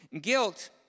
guilt